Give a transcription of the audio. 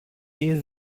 ehe